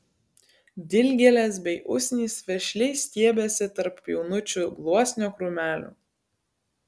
dilgėlės bei usnys vešliai stiebėsi tarp jaunučių gluosnio krūmelių